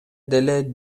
деле